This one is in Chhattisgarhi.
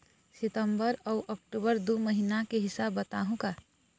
सितंबर अऊ अक्टूबर दू महीना के हिसाब बताहुं का?